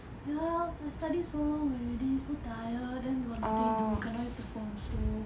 ya I study so long already so tired then got nothing to do cannot use the phone also